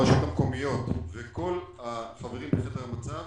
הרשויות המקומיות וכל החברים בחדר המצב